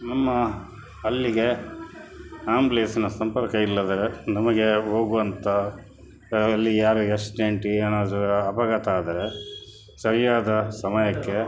ನಮ್ಮ ಅಲ್ಲಿಗೆ ಆ್ಯಂಬುಲೆನ್ಸಿನ ಸಂಪರ್ಕ ಇಲ್ಲಾಂದರೆ ನಮಗೆ ಹೋಗುವಂತ ಅಲ್ಲಿ ಯಾರಿಗೆ ಆ್ಯಕ್ಸಿಡೆಂಟ್ ಏನಾದರೂ ಅಪಘಾತ ಆದರೆ ಸರಿಯಾದ ಸಮಯಕ್ಕೆ